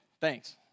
Thanks